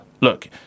look